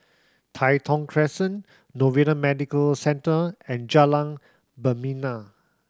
Tai Thong Crescent Novena Medical Centre and Jalan Membina